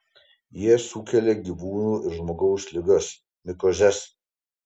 jie sukelia gyvūnų ir žmogaus ligas mikozes